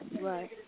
Right